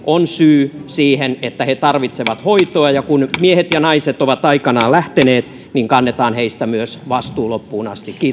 on syy siihen että he tarvitsevat hoitoa kun miehet ja naiset ovat aikanaan lähteneet niin kannetaan heistä myös vastuu loppuun asti